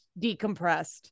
decompressed